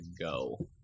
go